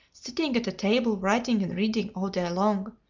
sitting at a table writing and reading all day long.